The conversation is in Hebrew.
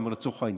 לצורך העניין,